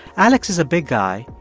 alex is a big guy,